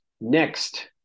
next